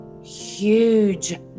huge